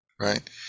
right